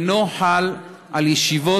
אינו חל על ישיבות,